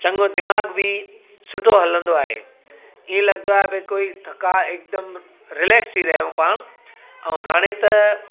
चङो दिमाग़ बि सुठो हलंदो आहे इहो लॻंदो आहे भई कोई थकान हिकदमि रिलेक्स थी रहियूं पाणि ऐं हाणे त